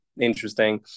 interesting